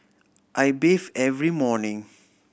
I bathe every morning